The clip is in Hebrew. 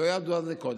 לא ידעו על זה קודם.